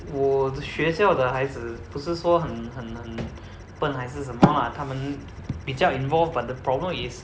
我的学校的孩子不是说很很很笨还是什么 lah 他们比较 involved but the problem is